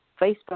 Facebook